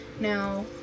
Now